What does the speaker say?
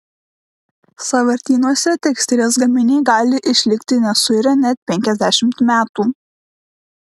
sąvartynuose tekstilės gaminiai gali išlikti nesuirę net penkiasdešimt metų